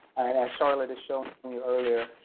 as charlotte has shown um you earlier,